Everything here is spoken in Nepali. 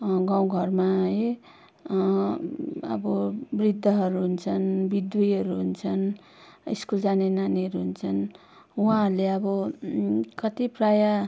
गाउँघरमा है अब वृद्धहरू हुन्छन् बिधुवीहरू हुन्छन् स्कुल जाने नानीहरू हुन्छन् उहाँहरूले अब कति प्रायः